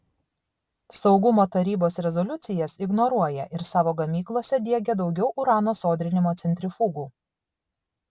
saugumo tarybos rezoliucijas ignoruoja ir savo gamyklose diegia daugiau urano sodrinimo centrifugų